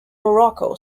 morocco